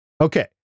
Okay